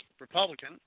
Republican